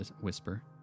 whisper